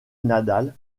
nadal